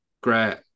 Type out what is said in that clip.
Great